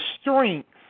strength